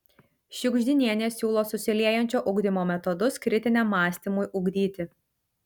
šiugždinienė siūlo susiliejančio ugdymo metodus kritiniam mąstymui ugdyti